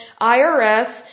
IRS